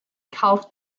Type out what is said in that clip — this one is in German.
kauf